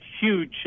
huge